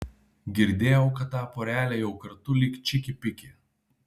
girdėjau kad ta porelė jau kartu lyg čiki piki